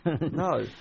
No